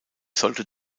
sollte